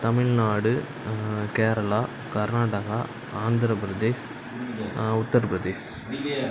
Tamil Nadu Kerala Karnataka Andhra Pradesh Uttar Pradesh